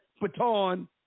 baton